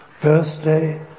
birthday